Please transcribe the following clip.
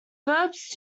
verbs